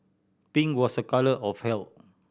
pink was a colour of health